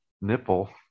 nipple